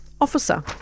Officer